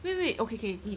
wait wait ok ok 你